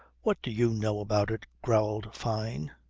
what do you know about it, growled fyne.